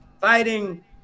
fighting